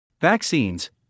Vaccines